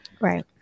Right